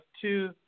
two